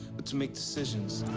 but to make decisions.